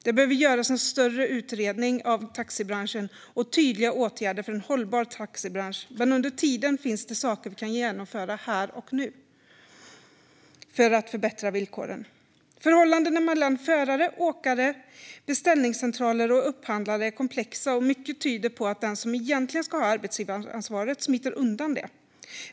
Det behöver göras en större utredning av taxibranschen och tydliga åtgärder för en hållbar taxibransch. Men under tiden finns det saker vi kan genomföra här och nu för att förbättra villkoren. Förhållandena mellan förare, åkare, beställningscentraler och upphandlare är komplexa. Mycket tyder på att den som egentligen ska ha arbetsgivaransvaret smiter undan det.